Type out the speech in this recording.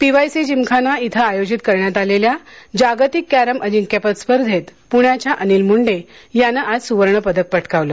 PYC gymkhana इथं आयोजित करण्यात आलेल्या जागतिक कॅरम अजिंक्यपद स्पर्धेत प्ण्याच्या अनिल मुंडे यानं आज स्वर्णपदक पटकावलं